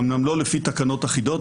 אומנם לא לפי תקנות אחידות,